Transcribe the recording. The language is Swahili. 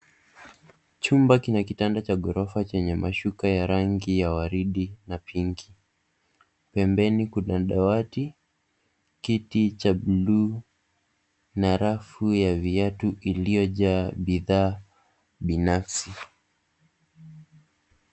Chumba kina kitanda cha ghorofa chenye mashuka ya rangi ya waridi na pinki. Pembeni kuna dawati, kiti cha bluu na rafu ya viatu iliyojaa bidhaa binafsi.